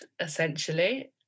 essentially